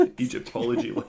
Egyptology